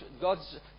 God's